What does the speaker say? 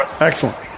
Excellent